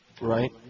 Right